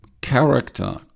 character